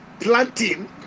planting